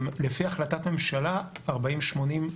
לפי החלטת ממשלה 4080,